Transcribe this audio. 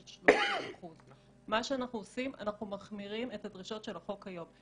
30%. אנחנו מחמירים את הדרישות של החוק היום.